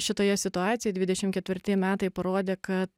šitoje situacijoj dvidešim ketvirti metai parodė kad